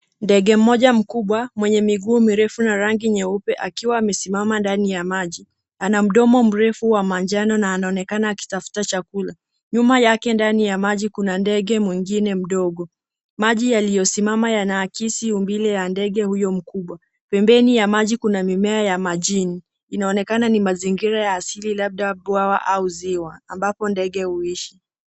Ndege moja mkubwa mwenye miguu mirefu na rangi nyeupe akiwa amesimama ndani ya maji ana mdomo mrefu wa manjano na anaonekana akitafuta chakula. Nyuma yake ndani ya maji kuna ndege mwingine mdogo. Maji yaliyosimama yanaakisi umbile ya ndege huyo mkubwa. Pembeni ya maji kuna mimea ya majini. Inaonekana ni mazingira ya asili labda bwawa au ziwa ambapo ndege huishi.